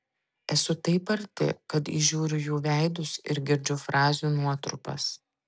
esu taip arti kad įžiūriu jų veidus ir girdžiu frazių nuotrupas